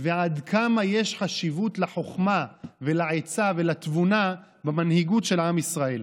ועד כמה יש חשיבות לחוכמה ולעצה ולתבונה במנהיגות של עם ישראל.